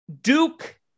Duke